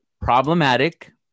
problematic